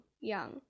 young